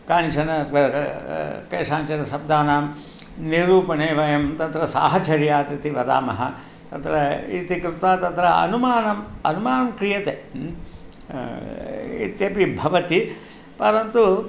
कानिचन कश्चनशब्दानां निरूपणे वयं तत्र साहचर्यात् इति वदामः तत्र इति कृत्वा तत्र अनुमानम् अनुमानं क्रियते इत्यपि भवति परन्तु